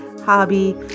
hobby